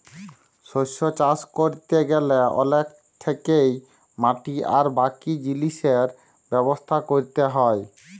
শস্য চাষ ক্যরতে গ্যালে আগে থ্যাকেই মাটি আর বাকি জিলিসের ব্যবস্থা ক্যরতে হ্যয়